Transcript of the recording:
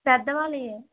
పెద్దవాళ్ళవే